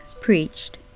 preached